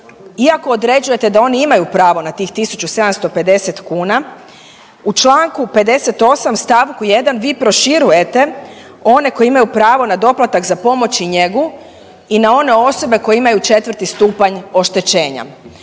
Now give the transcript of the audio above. iako određujete da oni imaju pravo na tih 1750 kuna u članku 58. stavku 1. vi proširujete one koji imaju pravo na doplatak za pomoć i njegu i na one osobe koje imaju četvrti stupanj oštećenja.